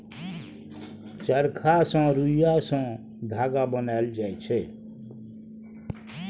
चरखा सँ रुइया सँ धागा बनाएल जाइ छै